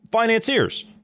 financiers